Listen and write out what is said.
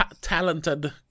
talented